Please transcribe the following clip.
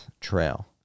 trail